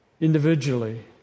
Individually